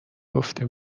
گفته